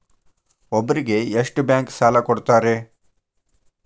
ಒಬ್ಬರಿಗೆ ಎಷ್ಟು ಬ್ಯಾಂಕ್ ಸಾಲ ಕೊಡ್ತಾರೆ?